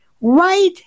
right